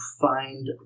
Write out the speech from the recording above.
find